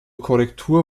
korrektur